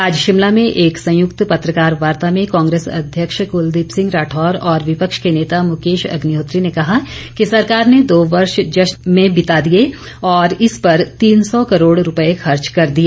आज शिमला में एक संयुक्त पत्रकार वार्ता में कांग्रेस अध्यक्ष कुलदीप सिंह राठौर और विपक्ष के नेता मुकेश अग्निहोत्री ने कहा कि सरकार ने दो वर्ष जश्न में बिता दिए और इस पर तीन सौ करोड़ रुपए खर्च कर दिए